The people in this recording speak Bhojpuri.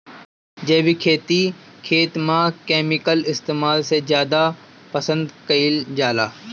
जैविक खेती खेत में केमिकल इस्तेमाल से ज्यादा पसंद कईल जाला